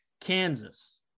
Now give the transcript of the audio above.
Kansas